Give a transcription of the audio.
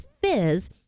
fizz